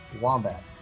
Wombat